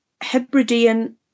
Hebridean